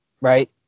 right